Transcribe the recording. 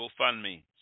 GoFundMe